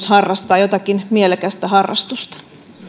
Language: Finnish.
harrastaa jotakin mielekästä harrastusta